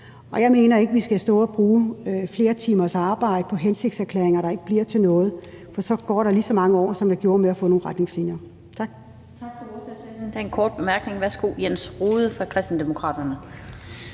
og jeg mener ikke, vi skal stå og bruge flere timers arbejde på hensigtserklæringer om det, der ikke bliver til noget. For så går der lige så mange år, som der gjorde, med at få nogle retningslinjer. Tak.